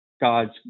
God's